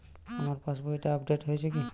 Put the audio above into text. আমার পাশবইটা আপডেট হয়েছে কি?